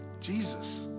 Jesus